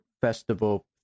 festival